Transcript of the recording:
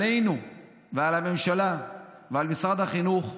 עלינו ועל הממשלה ועל משרד החינוך,